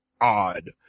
odd